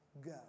go